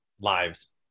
lives